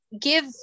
give